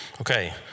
Okay